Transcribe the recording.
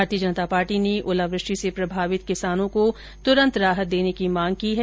भारतीय जनता पार्टी ने ओलावृष्टि से प्रभावित हुए किसानों को तुरंत राहत देने की मांग की है